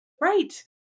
right